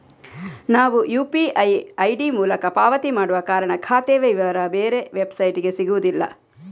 ನಾವು UPI ID ಮೂಲಕ ಪಾವತಿ ಮಾಡುವ ಕಾರಣ ಖಾತೆಯ ವಿವರ ಬೇರೆ ವೆಬ್ಸೈಟಿಗೆ ಸಿಗುದಿಲ್ಲ